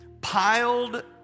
piled